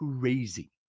crazy